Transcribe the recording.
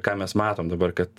ką mes matom dabar kad